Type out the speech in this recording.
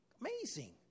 Amazing